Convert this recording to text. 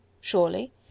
Surely